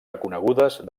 reconegudes